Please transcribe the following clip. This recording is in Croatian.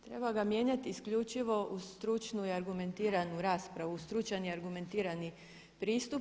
Treba ga mijenjati isključivo uz stručnu i argumentiranu raspravu, stručan i argumentirani pristup.